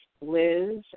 Liz